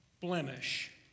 blemish